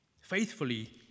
faithfully